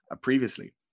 previously